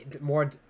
more